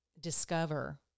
discover